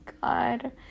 god